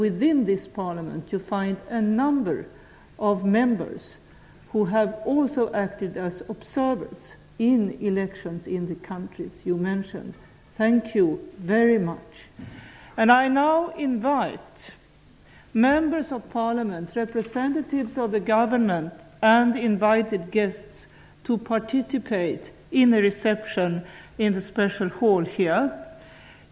I riksdagen finns det många ledamöter som också har varit med som observatörer vid val i de länder ni nämnde. Vi tackar er så hjärtligt. Nu skulle jag vilja uppmana de riksdagsledamöter som sitter här och regeringens representanter och gästerna att delta i en mottagning.